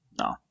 No